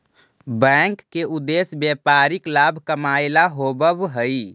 bank के उद्देश्य व्यापारिक लाभ कमाएला होववऽ हइ